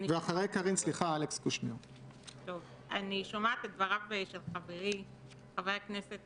אני שומעת את דבריו של חברי חבר הכנסת